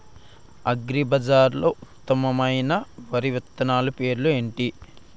అగ్రిబజార్లో ఉత్తమమైన వరి విత్తనాలు పేర్లు ఏంటి?